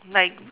like